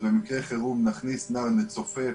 נכניס נער, נצופף.